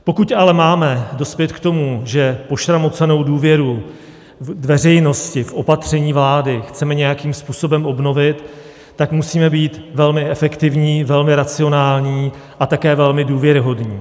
Pokud ale máme dospět k tomu, že pošramocenou důvěru veřejnosti k opatřením vlády chceme nějakým způsobem obnovit, tak musíme být velmi efektivní, velmi racionální a také velmi důvěryhodní.